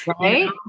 Right